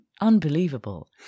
Unbelievable